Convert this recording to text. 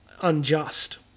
unjust